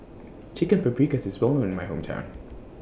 Chicken Paprikas IS Well known in My Hometown